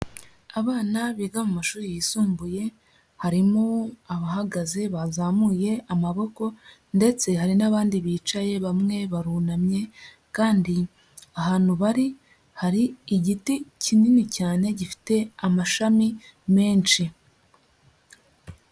Abana biga mu mashuri yisumbuye, harimo abahagaze bazamuye amaboko ndetse hari n'abandi bicaye bamwe barunamye kandi ahantu bari hari igiti kinini cyane gifite amashami menshi.